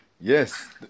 Yes